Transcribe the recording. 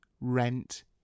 rent